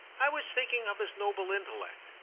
i was thinking of his noble intellect.